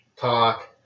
talk